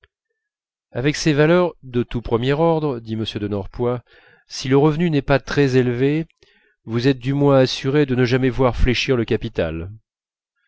avec ces valeurs de tout premier ordre dit m de norpois si le revenu n'est pas très élevé vous êtes du moins assuré de ne jamais voir fléchir le capital